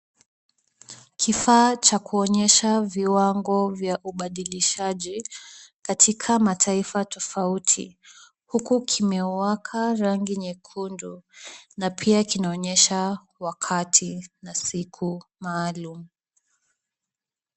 Kifaa cha kuonyesha viwango vya ubadilishaji, katika mataifa tofauti, huku kimewaka rangi nyekundu na pia kinaonyesha wakati na siku maalum.